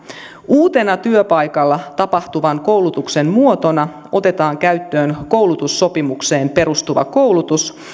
uutena työpaikalla tapahtuvan koulutuksen muotona otetaan käyttöön koulutussopimukseen perustuva koulutus